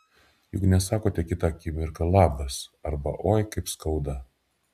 juk nesakote kitą akimirką labas arba oi kaip skauda